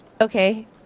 Okay